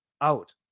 out